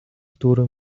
дүүрэн